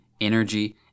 energy